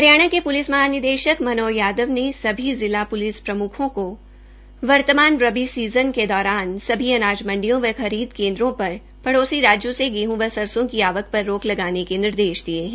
हरियाणा के प्लिस महानिदेशक मनोज यादव ने सभी जिला प्लिस प्रम्खों को वर्तमान रबी सीज़न के दौरान सभी अनाज मंडियों व खरीद केन्द्रों पर पड़ोसी राज्यों से गेहूं व सरसों की आवक पर रोक लगाने के निर्देश दिये है